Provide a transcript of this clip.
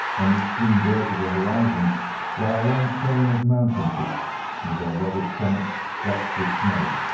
on the extreme verge of the horizon lie a long chain of mountain peaks, with their rugged summits flecked with snow.